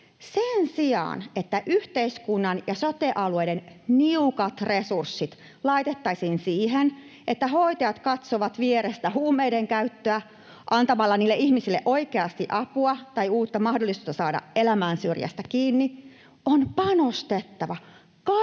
Sen sijaan, että yhteiskunnan ja sote-alueiden niukat resurssit laitettaisiin siihen, että hoitajat katsovat vierestä huumeiden käyttöä antamatta ihmisille oikeasti apua tai uutta mahdollisuutta saada elämänsyrjästä kiinni, on panostettava kaikki